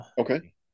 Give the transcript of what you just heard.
Okay